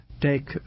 take